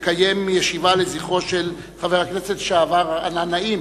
לקיים ישיבה לזכרו של חבר הכנסת לשעבר רענן נעים.